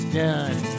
done